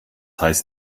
heißt